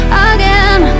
again